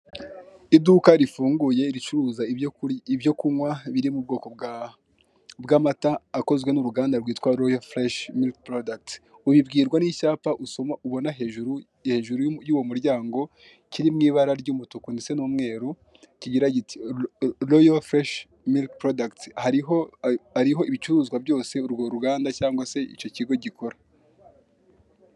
Iduka rifunguye ricuruza ibyo kunywa biri mubwoko bw'amata akozwe n'uruganda rwitwa royo fureshi porodukite uyibwirwa n'icyapa ubona hejuru yuwo muryango cyiri mwibara ry'umutuku ndetse n'umweru kigira kiti royo fureshi mirike porodukite hariho ibicuruzwa byose urwo ruganda cyangwase icyo kigo gikora